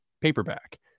paperback